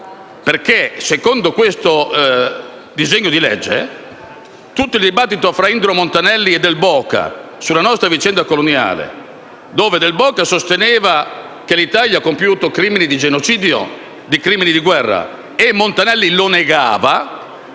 Infatti, secondo questo disegno di legge, tutto il dibattito fra Indro Montanelli e Del Boca sulla nostra vicenda coloniale - in cui Del Boca sosteneva che l'Italia avesse compiuto atti di genocidio e crimini di guerra e Montanelli lo negava,